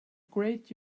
great